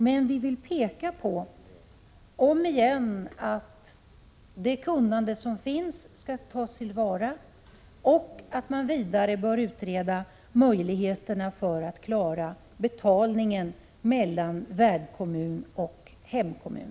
Men vi vill omigen peka på att det kunnande som finns skall tas till vara och att man vidare bör utreda möjligheterna för att klara ut betalningsfördelningen mellan värdkommun och hemkommun.